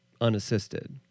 unassisted